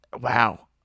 Wow